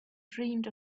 dreamed